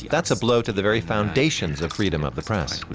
that's a blow to the very foundations of freedom of the press.